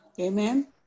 Amen